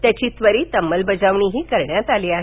याची त्वरित अंमलबजावणी करण्यात आली आहे